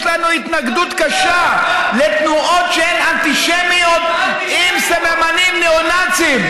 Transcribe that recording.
יש לנו התנגדות קשה לתנועות שהן אנטישמיות עם סממנים ניאו-נאציים.